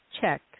check